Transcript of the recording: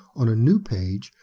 on a new page,